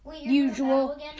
usual